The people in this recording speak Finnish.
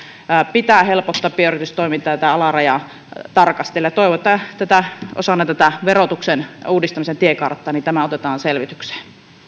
pitää helpottaa pienyritystoimintaa ja tätä alarajaa tarkastella ja toivotaan että osana tätä verotuksen uudistamisen tiekarttaa tämä otetaan selvitykseen